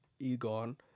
Egon